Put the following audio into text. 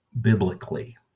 biblically